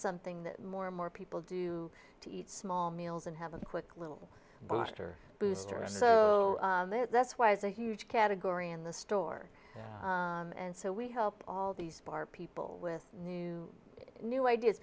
something that more and more people do to eat small meals and have a quick little blighter booster so that's why it's a huge category in the store and so we help all these people with new new ideas